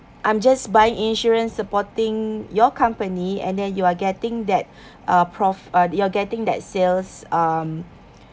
I'm just buying insurance supporting your company and then you are getting that uh prof~ uh you're getting that sales um